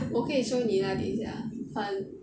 我可以 show 你 lah 等一下很